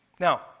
Now